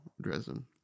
Dresden